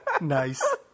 Nice